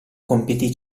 compiti